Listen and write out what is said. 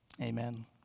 Amen